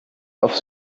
auf